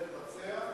זה התבצע?